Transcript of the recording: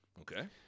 Okay